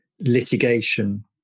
litigation